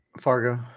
Fargo